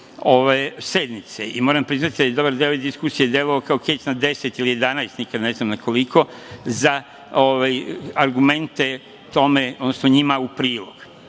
ove sednice. Moram priznati da je dobar deo ove diskusije delovao kao kec na deset ili jedanaest, nikad ne znam na koliko, za argumente tome, odnosno njima u prilog.